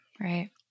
Right